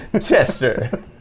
Chester